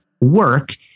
work